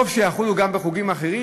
טוב שיחולו גם בחוקים אחרים,